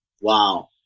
wow